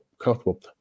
comfortable